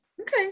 Okay